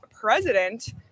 president